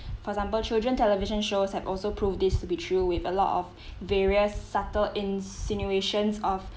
for example children television shows have also prove this to be true with a lot of various subtle insinuations of